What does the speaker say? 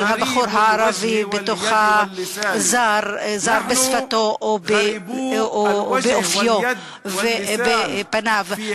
אבל הבחור הערבי זר בשפתו או באופיו ובפניו.